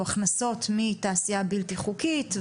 בהכנסות מתעשייה בלתי חוקית,